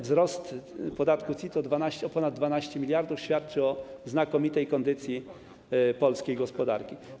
Wzrost podatku CIT o ponad 12 mld świadczy o znakomitej kondycji polskiej gospodarki.